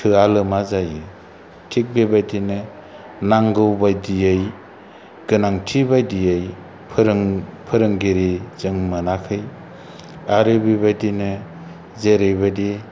थोया लोमा जायो थिग बेबादिनो नांगौ बायदियै गोनांथि बायदियै फोरों फोरोंगिरि जों मोनाखै आरो बेबादिनो जेरैबायदि